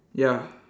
ya